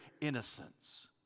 innocence